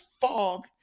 fog